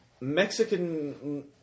Mexican